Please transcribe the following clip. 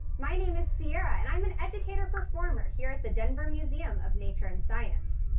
my name is sierra and i'm an educator performer here at the denver museum of nature and science.